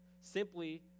simply